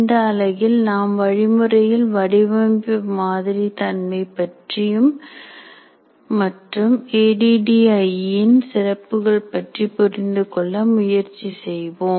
இந்த அலகில் நாம் வழிமுறையியல் வடிவமைப்பு மாதிரி தன்மை பற்றி மற்றும் A D D I E இன் சிறப்புகள் பற்றி புரிந்துகொள்ள முயற்சி செய்வோம்